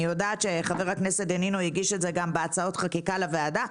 אני יודעת שחבר הכנסת דנינו הגיש את זה גם בהצעות החקיקה לוועדה.